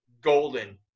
golden